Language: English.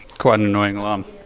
quite an annoying alarm.